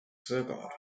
sigurd